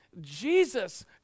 Jesus